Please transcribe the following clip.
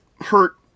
hurt